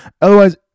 Otherwise